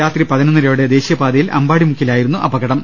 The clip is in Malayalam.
രാത്രി പതിനൊന്നരയോടെ ദേശീയപാതയിൽ അമ്പാടിമുക്കിൽ ആയിരുന്നു അപകടം